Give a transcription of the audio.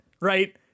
right